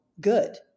good